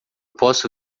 posso